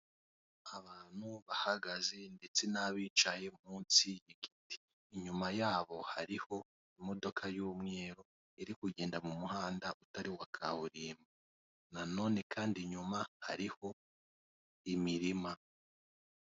Abantu bahagaze ndetse n'abicaye mu nsi y'igiti inyuma yabo hariho imodoka y'umweru iri kugenda mu muhanda utari uwakaburimbo na none kandi inyuma hariho imirima.